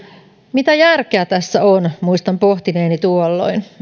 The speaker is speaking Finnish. mitä järkeä tässä on muistan pohtineeni tuolloin